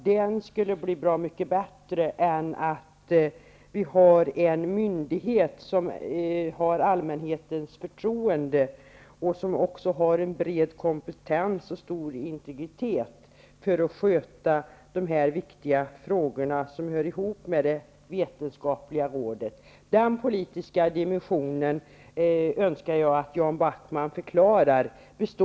Den skulle enligt honom vara bra mycket viktigare än att ha en myndighet som har allmänhetens förtroende och som har en bred kompetens och stor integritet för att sköta de viktiga frågor som hör ihop med det vetenskapliga rådets verksamhet. Jag önskar att Jan Backman förklarar den politiska dimensionen.